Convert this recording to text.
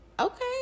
Okay